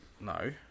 No